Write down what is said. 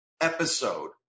episode